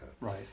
Right